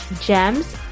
Gems